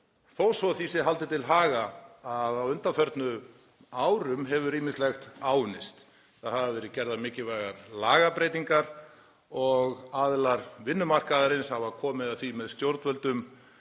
þó svo að því sé haldið til haga að á undanförnum árum hefur ýmislegt áunnist. Það hafa verið gerðar mikilvægar lagabreytingar og aðilar vinnumarkaðarins hafa komið að því með stjórnvöldum,